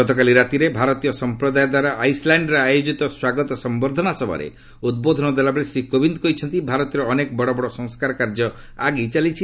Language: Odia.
ଗତକାଲି ରାତିରେ ଭାରତୀୟ ସଫପ୍ରଦାୟ ଦ୍ୱାରା ଆଇସ୍ଲ୍ୟାଣ୍ଡରେ ଆୟୋଜିତ ସ୍ୱାଗତ ସମ୍ଭର୍ଦ୍ଧନା ସଭାରେ ଉଦ୍ବୋଧନ ଦେଲାବେଳେ ଶ୍ରୀ କୋବିନ୍ଦ କହିଛନ୍ତି ଭାରତରେ ଅନେକ ବଡ଼ବଡ଼ ସଂସ୍କାର କାର୍ଯ୍ୟ ଆଗେଇ ଚାଲିଛି